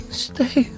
stay